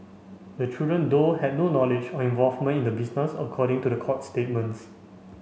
the children though had no knowledge or involvement in the business according to court statements